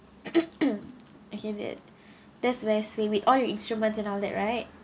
I get it that's where I see it was all your instruments and all that right